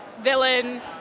villain